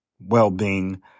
well-being